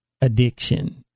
addiction